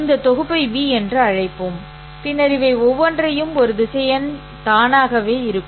இந்தத் தொகுப்பை ́v என்று அழைப்போம் பின்னர் இவை ஒவ்வொன்றும் ஒரு திசையன் தானாகவே இருக்கும்